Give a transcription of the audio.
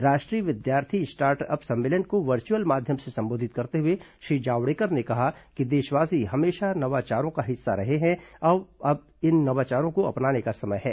राष्ट्रीय विद्यार्थी स्टार्टअप सम्मेलन को वर्चुअल माध्यम से संबोधित करते हए श्री जावड़ेकर ने कहा कि देशवासी हमेशा नवाचारों का हिस्सा रहे हैं और अब इन नवाचारों को अपनाने का समय है